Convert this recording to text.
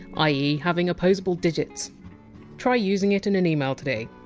ah ie having opposable digits try using it in an email today